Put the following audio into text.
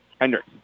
Hendricks